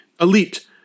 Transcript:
elite